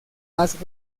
más